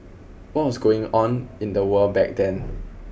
what was going on in the world back then